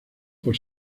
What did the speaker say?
por